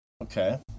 Okay